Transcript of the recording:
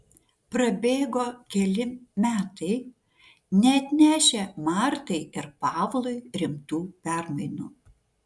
prabėgo keli metai neatnešę martai ir pavlui rimtų permainų